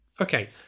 okay